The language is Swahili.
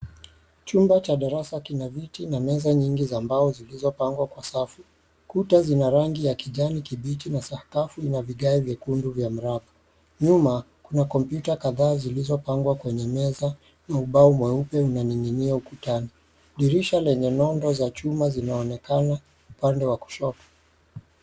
Chumba cha darasa kina viti na meza nyingi zilizopangwa kwa safu. kuta zina rangi ya kijani kibichi na sakafu inavigae vyekundu vya mraba , nyuma kuna kompyuta kadhaa zilizopangwa kwenye meza na ubao mweupe unaning'inia ukutani. Dirisha lenye nondo za chuma zinaonekana upande wa kushoto.